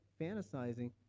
fantasizing